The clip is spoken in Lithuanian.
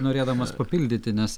norėdamas pildyti nes